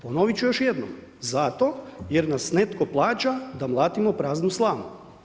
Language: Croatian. Ponoviti ću još jednom, zato jer nas netko plaća da mlatimo praznu slamu.